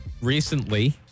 Recently